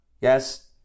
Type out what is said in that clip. Yes